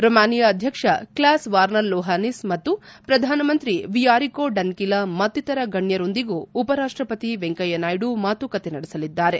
Romania ಅಧ್ಯಕ್ಷ Klaus Werner Iohannis ಮತ್ತು ಪ್ರಧಾನ ಮಂತ್ರಿ ವಿಯೋರಿಕಾ ಡನ್ನಿಲಾ ಮತ್ತಿತರ ಗಣ್ಣರೊಂದಿಗೂ ಉಪರಾಷ್ಟಪತಿ ವೆಂಕಯ್ದ ನಾಯ್ದು ಮಾತುಕತೆ ನಡೆಸಲಿದ್ದಾರೆ